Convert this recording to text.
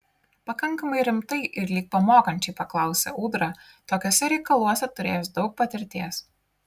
pakankamai rimtai ir lyg pamokančiai paklausė ūdra tokiuose reikaluose turėjęs daug patirties